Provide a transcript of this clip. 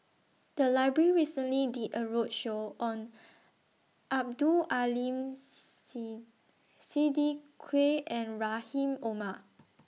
The Library recently did A roadshow on Abdul Aleem Say Siddique and Rahim Omar